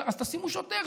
אז תשימו שוטר,